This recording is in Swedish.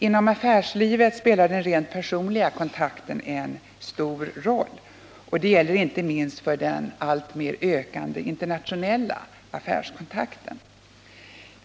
Inom affärslivet spelar den rent personliga kontakten en stor roll, vilket inte minst gäller för de alltmer ökande internationella affärskontakterna.